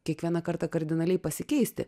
kiekvieną kartą kardinaliai pasikeisti